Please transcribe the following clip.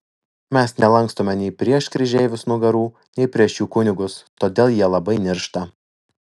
mes nelankstome nei prieš kryžeivius nugarų nei prieš jų kunigus todėl jie labai niršta